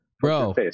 Bro